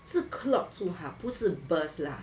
是 clog 住它不是 burst lah